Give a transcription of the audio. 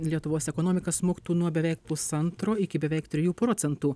lietuvos ekonomika smuktų nuo beveik pusantro iki beveik trejų procentų